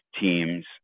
teams